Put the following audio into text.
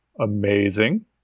amazing